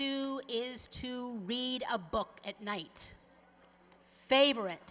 do is to read a book at night favorite